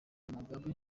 mugabe